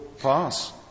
pass